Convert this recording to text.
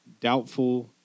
doubtful